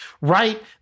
right